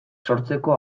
sortzeko